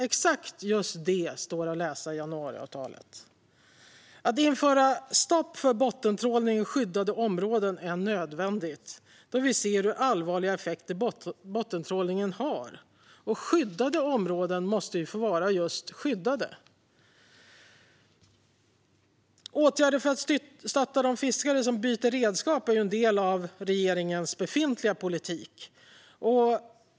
Exakt detta står att läsa i januariavtalet. Att införa stopp för bottentrålning i skyddade områden är nödvändigt då vi ser hur allvarliga effekter bottentrålningen har. Skyddade områden måste få vara just skyddade. Åtgärder för att stötta de fiskare som byter redskap är en del av regeringens befintliga politik.